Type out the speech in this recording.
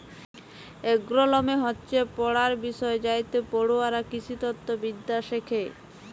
agronomy হচ্যে পড়ার বিষয় যাইতে পড়ুয়ারা কৃষিতত্ত্ব বিদ্যা শ্যাখে